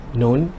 known